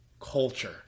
culture